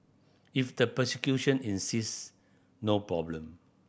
if the prosecution insist no problem